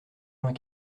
vingt